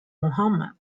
muhammad